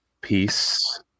peace